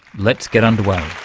let's get underway